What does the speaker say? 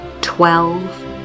twelve